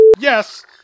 yes